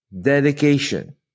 dedication